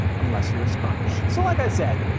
unless you're a sponge. so like i said,